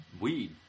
weed